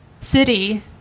city